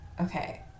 Okay